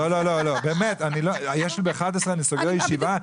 לא לא לא, ב- 11:00 אני סוגר את הישיבה.